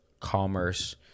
commerce